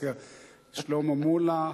שלמה מולה,